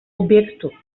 objektu